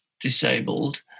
disabled